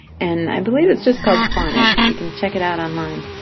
and i believe it's just called sonnet. you can check it out online.